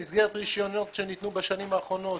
במסגרות רישיונות שניתנו בשנים האחרונות